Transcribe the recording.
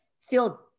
feel